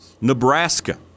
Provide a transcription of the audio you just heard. Nebraska